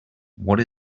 what